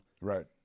Right